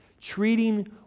treating